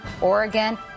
Oregon